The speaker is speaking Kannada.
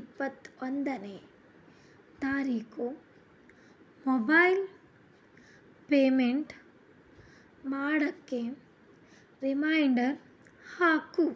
ಇಪ್ಪತ್ತೊಂದನೇ ತಾರೀಕು ಮೊಬೈಲ್ ಪೇಮೆಂಟ್ ಮಾಡೋಕ್ಕೆ ರಿಮೈಂಡರ್ ಹಾಕು